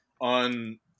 on